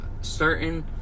certain